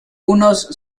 unos